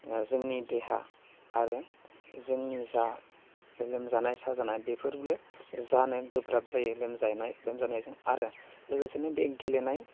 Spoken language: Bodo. जोंनि देहा आरो जोंनि जा लोमजानाय साजानाय बेफोरनो जानो गोब्राब जायो लोमजानाय लोमजानायजों आरो लोगोसेनो बे गेलेनाय